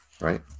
right